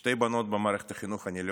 שתי בנות במערכת החינוך.